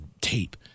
tape